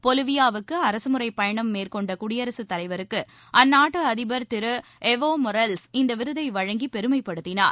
பொலிவியாவுக்கு அரகமுறை பயணம் மேற்கொண்ட குடியரசுத்தலைவருக்கு அந்நாட்டு அதிபர் திரு எவோ மொரல்ஸ் இந்த விருதை வழங்கி பெருமைப்படுத்தினார்